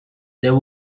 there